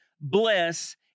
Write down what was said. bless